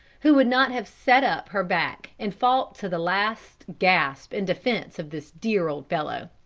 who would not have set up her back and fought to the last gasp in defence of this dear old fellow.